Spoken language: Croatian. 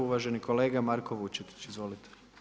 Uvaženi kolega Marko Vučetić izvolite.